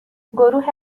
گروه